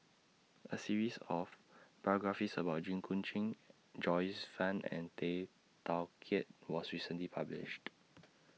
A series of biographies about Jit Koon Ch'ng Joyce fan and Tay Teow Kiat was recently published